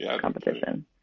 competition